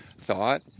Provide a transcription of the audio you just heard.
thought